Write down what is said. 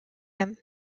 him